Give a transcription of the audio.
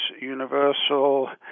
Universal